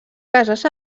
cases